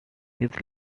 his